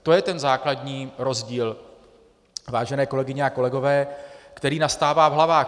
To je ten základní rozdíl, vážené kolegyně a kolegové, který nastává v hlavách.